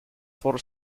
for